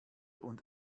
und